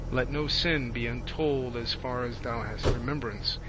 let no sin be untold as far as thou hast remembrance.